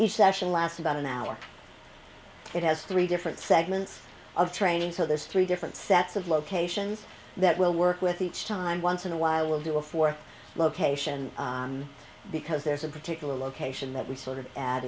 each session last about an hour it has three different segments of training so there's three different sets of locations that we'll work with each time once in a while we'll do a four location because there's a particular location that we sort of a